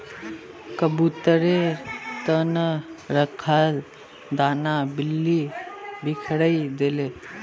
कबूतरेर त न रखाल दाना बिल्ली बिखरइ दिले